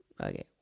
Okay